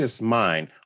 mind